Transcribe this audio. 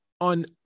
on